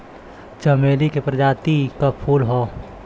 चमेली के प्रजाति क फूल हौ